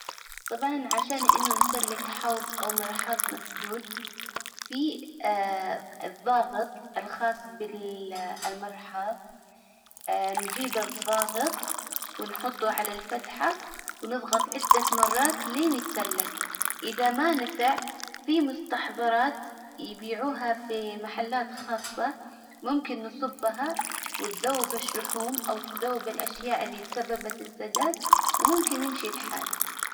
طبعا عشان انه نسلك حوظ او مرحاظ مسدود في الظاغط الخاص المرحاظ نجيب الظاغط ونحطه على الفتحة ونضغط عدة مرات لين يتسلك اذا ما نفع في مستحظرات يبيعوها في محلات خاصة ممكن نصبها وتذوب الشحوم او تذوب الاشياء اللي تسببت السداد وممكن يمشي الحال.